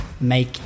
make